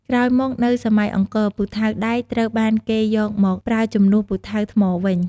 ក្រោយមកនៅសម័យអង្គរ ពូថៅដែកត្រូវបានគេយកមកប្រើជំនួសពូថៅថ្មវិញ។